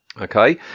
Okay